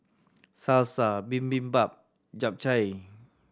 Salsa Bibimbap Japchae